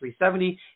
370